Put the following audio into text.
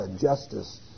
justice